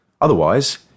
Otherwise